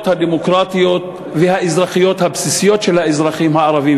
הדמוקרטיות והאזרחיות הבסיסיות של האזרחים הערבים.